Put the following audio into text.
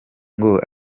ngo